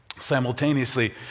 simultaneously